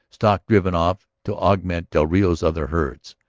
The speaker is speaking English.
stock driven off to augment del rio's other herds.